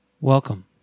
Welcome